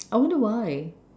I wonder why